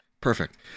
perfect